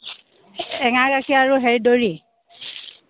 এৱা গাখীৰ আৰু সেই দৰি